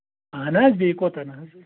اہن حظ بیٚیہِ کوٗتاہ حظ